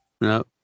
no